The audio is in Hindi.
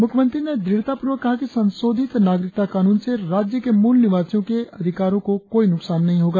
मुख्यमंत्री ने दृढ़तापूर्वक कहा कि संशोधित नागरिकता कानून से राय्य के मूल निवासियों के अधिकारोक को कोई नुकसान नही होगा